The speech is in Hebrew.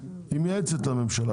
היא מייעצת לממשלה,